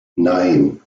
nein